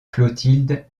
clotilde